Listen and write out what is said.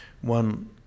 One